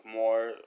more